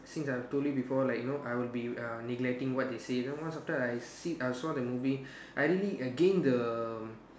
since I have told you before like you know I will be uh neglecting what they say you know once after I see I saw the movie I really gain the